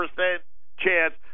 chance